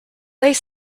leigh